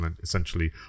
essentially